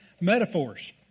Metaphors